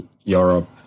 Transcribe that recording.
Europe